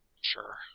Sure